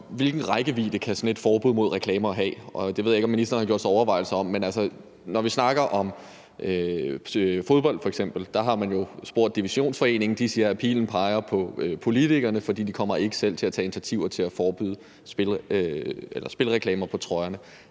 Hvilken rækkevidde kan sådan et forbud mod reklamer have? Det ved jeg ikke om ministeren har gjort sig overvejelser om. Men når vi snakker om f.eks. fodbold, har man jo spurgt Divisionsforeningen, og de siger, at pilen peger på politikerne, for de kommer ikke selv til at tage initiativer til at forbyde spilreklamer på trøjerne.